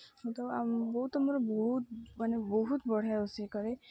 ବୋଉ ତ ମୋର ବହୁତ ମାନେ ବହୁତ ବଢ଼ିଆ ରୋଷେଇ କରେ